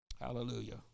hallelujah